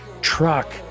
truck